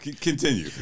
Continue